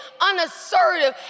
unassertive